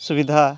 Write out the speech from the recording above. ᱥᱩᱵᱤᱫᱷᱟ